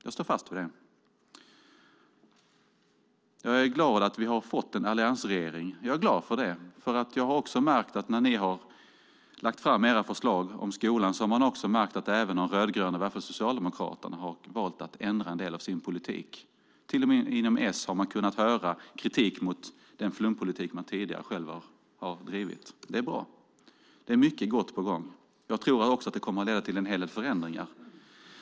Jag är glad för att vi har fått en alliansregering, för när ni har lagt fram era förslag om skolan har man märkt att också De rödgröna, i varje fall Socialdemokraterna, har valt att ändra en del av sin politik. Till och med inom S har man kunnat höra kritik mot den flumpolitik man själv tidigare har drivit. Det är bra. Det är mycket gott på gång. Jag tror också att det kommer att leda till en hel del förändringar.